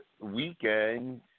weekend